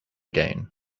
gain